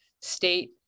state